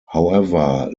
however